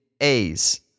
A's